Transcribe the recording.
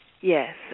Yes